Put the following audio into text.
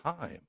time